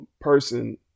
person